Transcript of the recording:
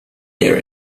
hear